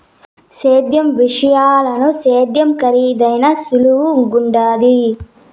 వ్యవసాయ మిషనుల సేద్యం కరీదైనా సులువుగుండాది